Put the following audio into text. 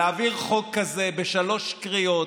להעביר חוק כזה בשלוש קריאות,